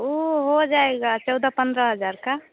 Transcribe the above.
उ हो जाएगा चौदह पंद्रह हज़ार का